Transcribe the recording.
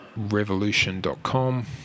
revolution.com